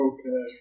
Okay